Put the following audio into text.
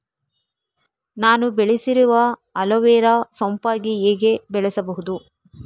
ನಾನು ಬೆಳೆಸಿರುವ ಅಲೋವೆರಾ ಸೋಂಪಾಗಿ ಹೇಗೆ ಬೆಳೆಸಬಹುದು?